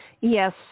Yes